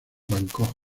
bangkok